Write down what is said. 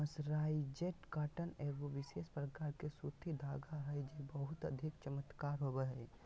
mercerised cotton एगो विशेष प्रकार के सूती धागा हय जे बहुते अधिक चमकदार होवो हय